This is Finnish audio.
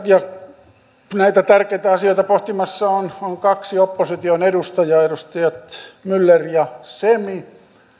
ja näitä tärkeitä asioita pohtimassa on on kaksi opposition edustajaa edustajat myller ja semi